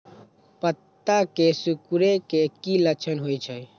पत्ता के सिकुड़े के की लक्षण होइ छइ?